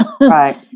Right